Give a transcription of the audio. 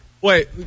Wait